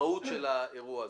המהות של האירוע הזה.